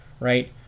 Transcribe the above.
right